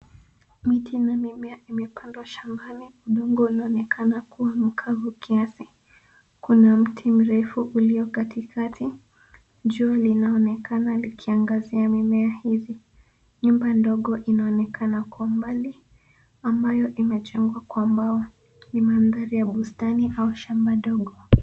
Miti na mimea imepandwa shambani. Udongo unonekana kuwa mkavu kiasi. Kuna mti mrefu ulio katikati. Jua linaonekana likiangaazia mimea hizi. Nyumba ndogo inaonekana kwa mbali ambayo imejengwa kwa mbao. Ni mandhari ya bustani au shamba ndogo.